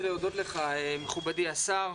להודות לך מכובדי השר,